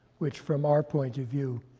which from our point of view,